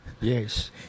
Yes